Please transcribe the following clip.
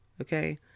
Okay